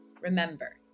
Remember